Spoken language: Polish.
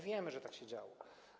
Wiemy, że tak się działo.